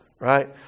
right